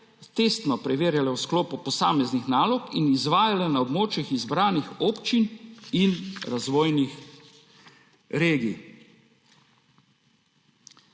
testno preverjale v sklopu posameznih nalog in izvajale na območjih izbranih občin in razvojnih regij.